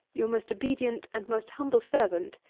your most obedient and most humble servant,